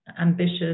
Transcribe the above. ambitious